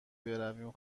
برویم